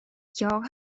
jag